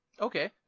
Okay